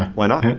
why not?